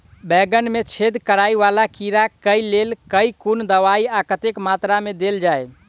बैंगन मे छेद कराए वला कीड़ा केँ लेल केँ कुन दवाई आ कतेक मात्रा मे देल जाए?